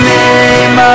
name